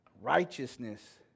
righteousness